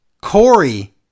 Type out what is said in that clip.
Corey